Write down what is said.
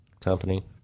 company